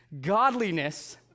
godliness